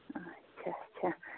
آچھا اَچھا